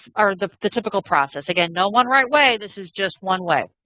or the the typical process. again, no one right way. this is just one way.